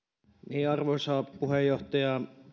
arvoisa puheenjohtaja